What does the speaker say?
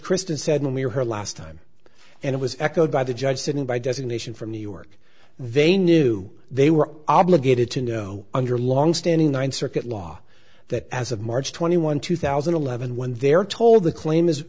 kristen said when we're her last time and it was echoed by the judge sitting by designation from new york they knew they were obligated to know under longstanding ninth circuit law that as of march twenty one two thousand and eleven when they're told the claim is